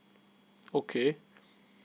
okay